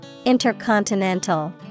Intercontinental